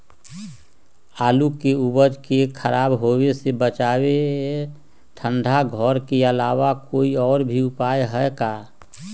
आलू के उपज के खराब होवे से बचाबे ठंडा घर के अलावा कोई और भी उपाय है का?